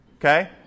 Okay